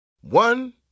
One